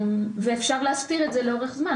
אפשר להסתיר את זה לאורך זמן,